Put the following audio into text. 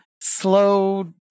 slow